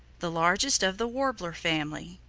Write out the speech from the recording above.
the largest of the warbler family.